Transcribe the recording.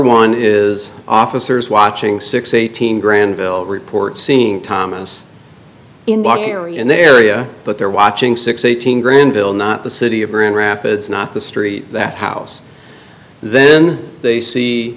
one is officers watching six eighteen grandville report seeing thomas in block area in the area but they're watching six eighteen granville not the city of broome rapids not the street that house then they see